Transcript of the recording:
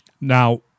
Now